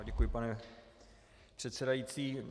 Děkuji, pane předsedající.